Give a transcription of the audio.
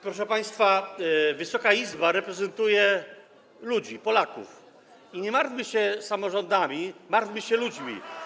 Proszę państwa, Wysoka Izba reprezentuje ludzi, Polaków i nie martwmy się samorządami, martwmy się ludźmi.